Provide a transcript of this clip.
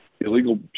illegal